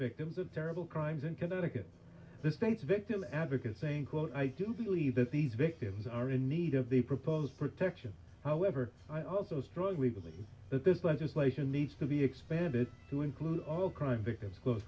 victims of terrible crimes in connecticut this state's victim advocate saying quote i do believe that these victims are in need of the proposed protection however i also strongly believe that this legislation needs to be expanded to include all crime victims